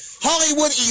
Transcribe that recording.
Hollywood